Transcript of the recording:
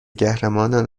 قهرمانان